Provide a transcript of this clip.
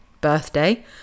birthday